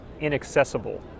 inaccessible